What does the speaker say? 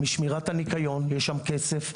משמירת הניקיון יש שם כסף.